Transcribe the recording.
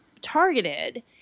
targeted